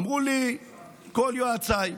אמרו לי כל יועציי: